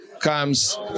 comes